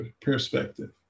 perspective